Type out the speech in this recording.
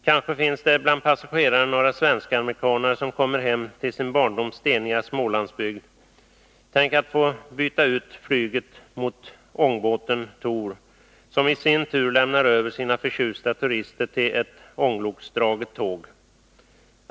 Kanske finns det bland passagerarna några svenskamerikanare, som kommer hem till sin barndoms steniga Smålandsbygd. Tänk att få byta ut flyget mot ångbåten Thor, som i sin tur lämnar över sina förtjusta turister till ett ångloksdraget tåg.